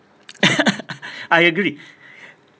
I agree